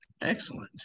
Excellent